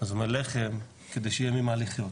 אז הוא אומר: 'לחם כדי שיהיה ממה לחיות